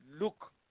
look